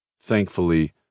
Thankfully